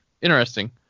interesting